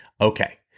Okay